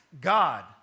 God